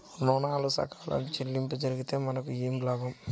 ఋణాలు సకాలంలో చెల్లింపు జరిగితే మనకు ఏమి లాభం?